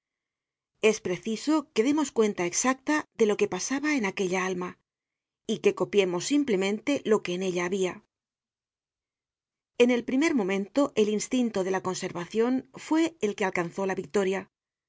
es preciso que demos cuenta exacta de lo que pasaba en aquella alma y que copiemos simplemente lo que en ella habia en el primer momento el instinto de la conservacion fue el que alcanzó la victoria